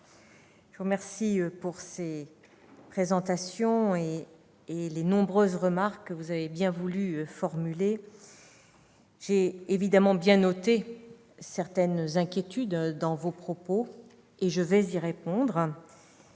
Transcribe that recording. je vous remercie de ces présentations et des nombreuses remarques que vous avez bien voulu formuler. J'ai bien noté certaines inquiétudes dans vos propos et je vais y répondre.